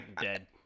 dead